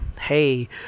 Hey